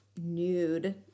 nude